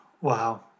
Wow